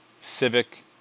Civic